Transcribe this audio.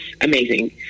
amazing